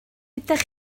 ydych